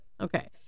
Okay